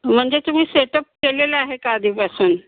म्हणजे तुम्ही सेटप केलेला आहे का आधीपासून